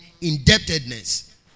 indebtedness